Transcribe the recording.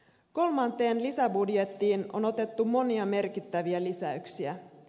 kolmanteen lisäbudjettiin on otettu monia merkittäviä lisäyksiä